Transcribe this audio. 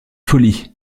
folies